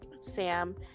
Sam